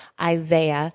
Isaiah